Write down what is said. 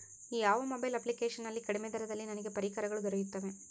ಯಾವ mobile application ನಲ್ಲಿ ಕಡಿಮೆ ದರದಲ್ಲಿ ನನಗೆ ಪರಿಕರಗಳು ದೊರೆಯುತ್ತವೆ?